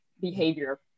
behavior